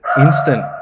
instant